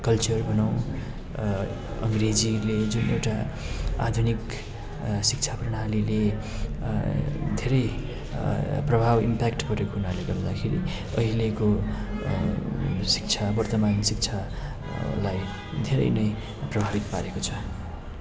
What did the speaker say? culture भनौँ अङ्ग्रेजीले जुन एउटा आधुनिक शिक्षा प्रणालीले धेरै प्रभाव इम्प्याक्ट गरेको हुनाले गर्दाखेरि पहिलेको जो शिक्षा वर्तमान शिक्षा लाई धेरै नै प्रभावित पारेको छ